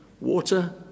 water